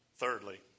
Thirdly